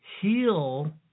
Heal